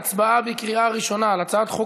להצבעה בקריאה הראשונה על הצעת חוק